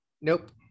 nope